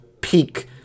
peak